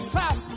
top